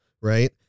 Right